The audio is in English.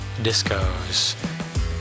discos